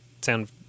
sound